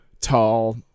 tall